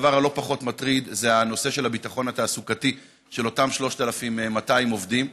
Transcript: דבר לא פחות מטריד זה הנושא של הביטחון התעסוקתי של אותם 3,200 עובדים,